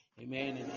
amen